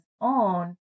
own